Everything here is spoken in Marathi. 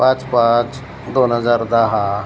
पाच पाच दोन हजार दहा